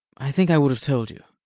i think i would have told you.